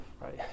right